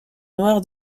noir